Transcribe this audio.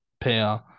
pair